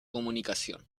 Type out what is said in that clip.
comunicación